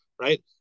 right